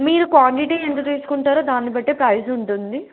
మీరు క్వాంటిటీ ఎంత తీసుకుంటారో దాన్ని బట్టి ప్రైస్ ఉంటుంది